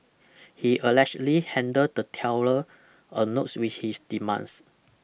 he allegedly handed the teller a notes with his demands